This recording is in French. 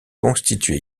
constitue